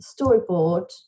storyboard